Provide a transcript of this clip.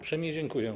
Uprzejmie dziękuję.